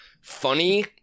funny